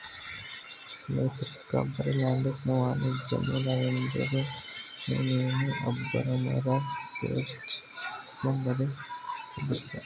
ನೈಸರ್ಗಿಕ ರಬ್ಬರ್ ಲ್ಯಾಟೆಕ್ಸ್ನ ವಾಣಿಜ್ಯ ಮೂಲವೆಂದರೆ ಅಮೆಜೋನಿಯನ್ ರಬ್ಬರ್ ಮರ ಸ್ಪರ್ಜ್ ಕುಟುಂಬದ ಸದಸ್ಯ